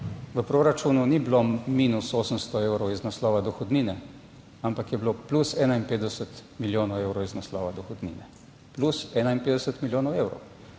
V proračunu ni bilo minus 800 evrov iz naslova dohodnine, ampak je bilo plus 51 milijonov evrov iz naslova dohodnine. Plus 51 milijonov evrov.